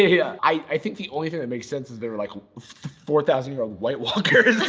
yeah, i think the only thing that makes sense is they were like four thousand year old white walker.